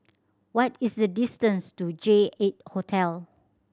what is the distance to J Eight Hotel